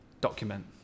document